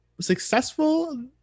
successful